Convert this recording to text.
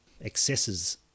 excesses